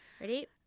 Ready